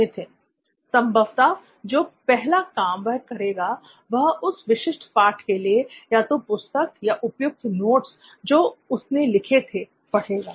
नित्थिन संभवत जो पहला काम वह करेगा वह उस विशिष्ट पाठ के लिए या तो पुस्तक या उपयुक्त नोट्स जो उसने लिखे थे पढ़ेगा